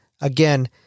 again